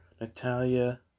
Natalia